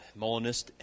Molinist